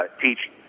teach